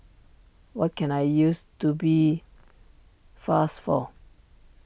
what can I use Tubifast for